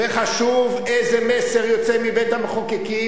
וחשוב איזה מסר יוצא מבית-המחוקקים,